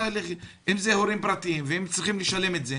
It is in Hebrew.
אם זה ההורים שצריכים לשלם באופן פרטי,